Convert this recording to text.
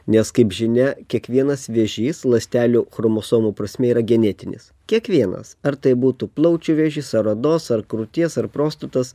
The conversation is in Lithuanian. nes kaip žinia kiekvienas vėžys ląstelių chromosomų prasme yra genetinis kiekvienas ar tai būtų plaučių vėžys ar odos ar krūties ar prostatos